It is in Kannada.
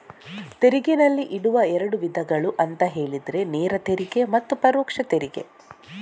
ತೆರಿಗೆನಲ್ಲಿ ಇರುವ ಎರಡು ವಿಧಗಳು ಅಂತ ಹೇಳಿದ್ರೆ ನೇರ ತೆರಿಗೆ ಮತ್ತೆ ಪರೋಕ್ಷ ತೆರಿಗೆ